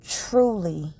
truly